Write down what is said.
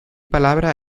palabra